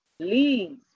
please